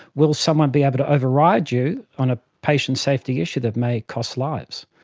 will someone be able to override you on a patient safety issue that may cost lives?